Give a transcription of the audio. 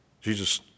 Jesus